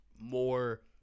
more